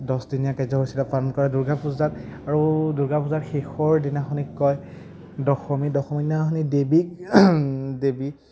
দহদিনীয়া কাৰ্যসূচীৰে পালন কৰা হয় দুৰ্গা পূজাত আৰু দুৰ্গা পূজাত শেষৰ দিনাখনক কয় দশমী দশমীদিনাখন দেৱীক দেৱী